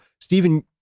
Stephen